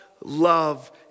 love